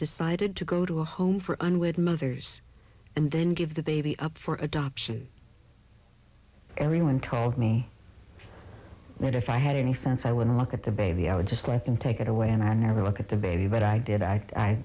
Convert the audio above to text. decided to go to a home for unwed mothers and then give the baby up for adoption everyone told me that if i had any sense i would look at the baby i would just let them take it away and i'd never look at the baby but i did i